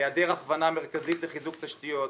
היעדר הכוונה מרכזית לחיזוק תשתיות,